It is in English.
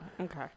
Okay